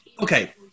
Okay